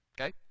okay